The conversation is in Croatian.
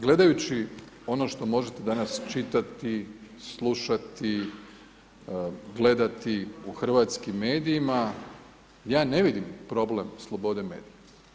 Gledajući ono što možete danas čitati, slušati, gledati u hrvatskim medijima, ja ne vidim problem slobode medija.